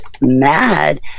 mad